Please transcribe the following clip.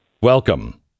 welcome